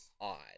odd